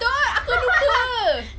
betul aku lupa